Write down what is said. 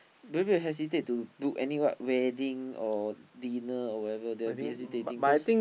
maybe hesitate to do any what wedding or dinner or whatever they will be hesitating cause